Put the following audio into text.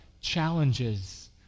challenges